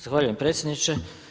Zahvaljujem predsjedniče.